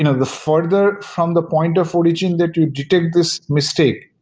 you know the further from the point of origin that you detect this mistake,